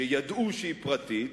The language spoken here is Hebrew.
שידעו שהיא פרטית,